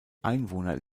einwohner